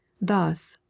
Thus